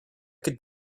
could